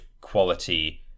quality